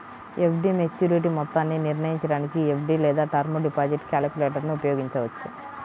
FD maturity మొత్తాన్ని నిర్ణయించడానికి FD లేదా టర్మ్ డిపాజిట్ క్యాలిక్యులేటర్ను ఉపయోగించవచ్చు